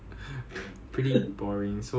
then after that they're like don't run